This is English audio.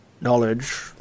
knowledge